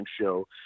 show